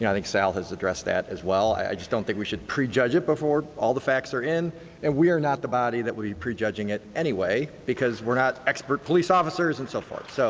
yeah i think sal has addressed that as well. i just don't think we should prejudge it before all the facts are in and we are not the body that would be prejudging it anyway, because we are not expert police officers and so forth. so